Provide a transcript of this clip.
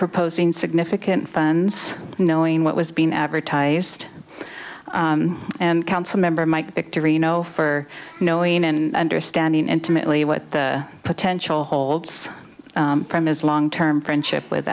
proposing significant phones knowing what was being advertised and council member might victory no for knowing and understanding intimately what the potential holds from his long term friendship with